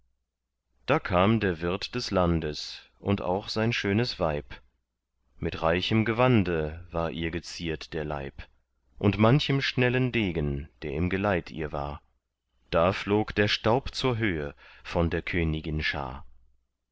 da kam der wirt des landes und auch sein schönes weib mit reichem gewande war ihr geziert der leib und manchem schnellen degen der im geleit ihr war da flog der staub zur höhe vor der königin schar